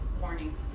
warning